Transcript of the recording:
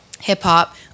hip-hop